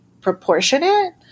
proportionate